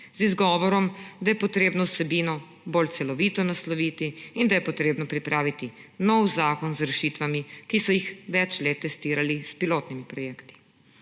z izgovorom, da je treba vsebino bolj celovito nasloviti in da je treba pripraviti nov zakon z rešitvami, ki so jih več let testirali s pilotnimi projekti.